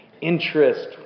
interest